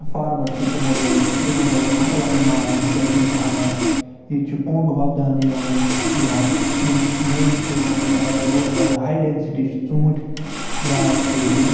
farmer چھِ تِمَو لوگ تِمَن لوگُن اَصٕل اَصٕل مال یُن تِکیٛازِ تِم چھِ ہاوان ییٚتہِ چھِ کۄنٛگ ووپداونہٕ یِوان یا یِم نٔے چھِ ییٚتہِ آمٕتۍ اَگر تۄہہِ بوٗزمُت آسیو ہَے ڈٮ۪نسِٹی چھِ ژوٗنٛٹھۍ باغ چھِ ییٚتہِ